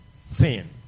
sin